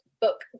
book